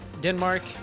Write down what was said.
Denmark